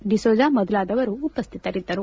ಡಿಸೋಜ ಮೊದಲಾದವರು ಉಪಸ್ಟಿತರಿದ್ದರು